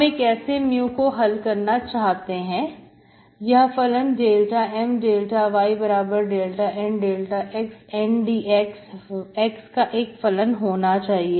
हम एक ऐसे mu को हल करना चाहते हैं यह फलन ∂M∂y ∂N∂x N dx x का एक फलन होना चाहिए